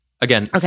Again